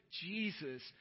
Jesus